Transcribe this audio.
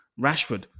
Rashford